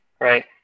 right